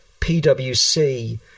PwC